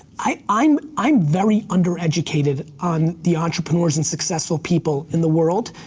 i'm i'm very under-educated on the entrepreneurs and successful people in the world.